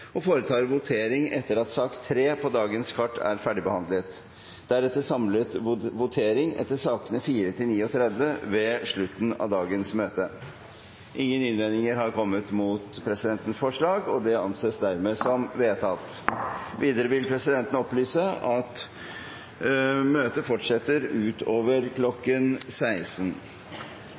og foretar votering etter at sak nr. 3 på dagens kart er ferdigbehandlet, deretter samlet votering etter sakene nr. 4–39 ved slutten av dagens møte. – Ingen innvendinger har kommet mot presidentens forslag, og det anses vedtatt. Videre vil presidenten opplyse om at møtet fortsetter utover